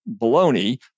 baloney